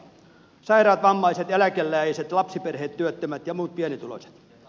sairaat vammaiset eläkeläiset lapsiperheet työttömät ja muut pienituloiset